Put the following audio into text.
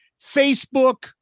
Facebook